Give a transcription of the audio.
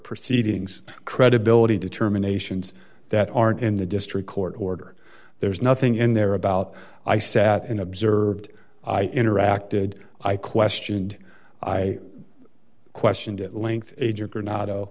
proceedings credibility determinations that aren't in the district court order there's nothing in there about i sat in observed i interacted i questioned i questioned at length a jerk or not